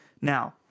Now